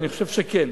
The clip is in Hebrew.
אני חושב שכן.